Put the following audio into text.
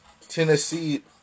Tennessee